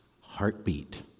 heartbeat